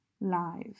live